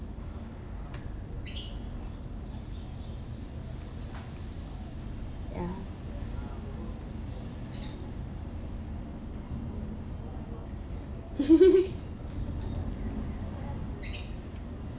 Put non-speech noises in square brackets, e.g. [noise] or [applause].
ya [laughs]